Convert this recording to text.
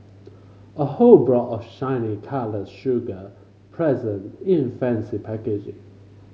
a whole block of shiny coloured sugar present in fancy packaging